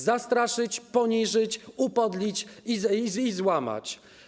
Zastraszyć, poniżyć, upodlić i złamać.